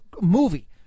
movie